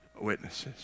Witnesses